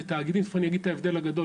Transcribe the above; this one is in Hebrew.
זה תאגידים שתיכף אני אגיד את ההבדל הגדול